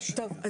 טוב.